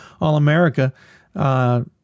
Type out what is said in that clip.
All-America